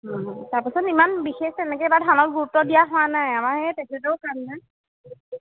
তাৰপিছত ইমান বিশেষ এনেকৈ এইবাৰ ধানত গুৰুত্ব দিয়া হোৱা নাই আমাৰ তেখেতৰো এই কাম নাই